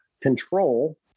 control